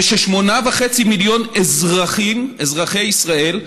ו-8.5 מיליון אזרחים, אזרחי ישראל,